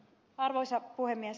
arvoisa puhemies